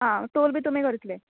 आं टोल बी तुमी करतले